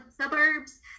suburbs